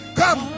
come